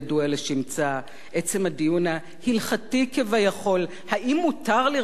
עצם הדיון ההלכתי כביכול האם מותר לרצוח את ראש הממשלה,